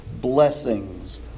blessings